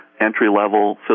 entry-level